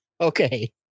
Okay